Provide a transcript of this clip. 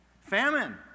Famine